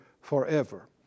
forever